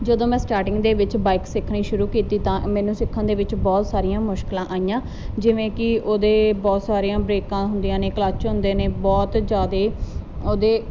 ਜਦੋਂ ਮੈਂ ਸਟਾਰਟਿੰਗ ਦੇ ਵਿੱਚ ਬਾਈਕ ਸਿੱਖਣੀ ਸ਼ੁਰੂ ਕੀਤੀ ਤਾਂ ਮੈਨੂੰ ਸਿੱਖਣ ਦੇ ਵਿੱਚ ਬਹੁਤ ਸਾਰੀਆਂ ਮੁਸ਼ਕਿਲਾਂ ਆਈਆਂ ਜਿਵੇਂ ਕਿ ਉਹਦੇ ਬਹੁਤ ਸਾਰੀਆਂ ਬਰੇਕਾਂ ਹੁੰਦੀਆਂ ਨੇ ਕਲੱਚ ਹੁੰਦੇ ਨੇ ਬਹੁਤ ਜਿਆਦੇ ਉਹਦੇ